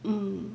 mm